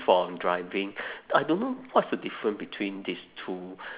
from driving I don't know what's the different between this two